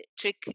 trick